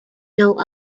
know